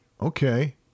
okay